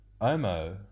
Omo